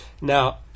Now